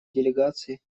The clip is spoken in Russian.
делегации